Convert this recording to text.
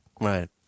Right